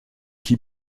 qui